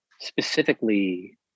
specifically